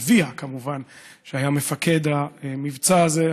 שהיה מפקד המבצע הזה,